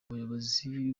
umuyobozi